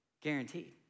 guaranteed